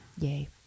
Yay